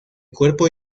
cuerpo